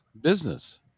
business